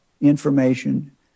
information